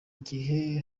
gihe